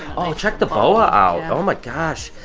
oh, check the boa out! oh my gosh!